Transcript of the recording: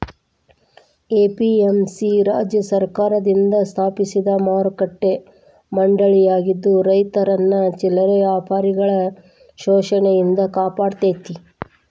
APMC ರಾಜ್ಯ ಸರ್ಕಾರದಿಂದ ಸ್ಥಾಪಿಸಿದ ಮಾರುಕಟ್ಟೆ ಮಂಡಳಿಯಾಗಿದ್ದು ರೈತರನ್ನ ಚಿಲ್ಲರೆ ವ್ಯಾಪಾರಿಗಳ ಶೋಷಣೆಯಿಂದ ಕಾಪಾಡತೇತಿ